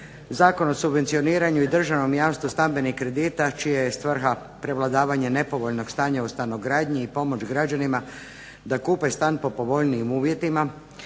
Zakon o subvencioniranju i državnom jamstvu stambenih kredita čija je svrha prevladavanje nepovoljnog stanja u stanogradnji i pomoć građanima da kupe stan po povoljnijim uvjetima.